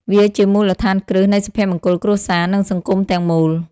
វាជាមូលដ្ឋានគ្រឹះនៃសុភមង្គលគ្រួសារ និងសង្គមទាំងមូល។